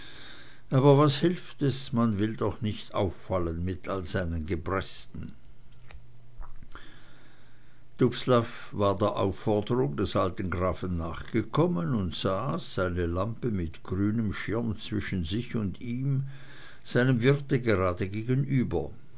aber was hilft es man will doch nicht auffallen mit all seinen gebresten dubslav war der aufforderung des alten grafen nachgekommen und saß eine lampe mit grünem schirm zwischen sich und ihm seinem wirte gerade gegenüber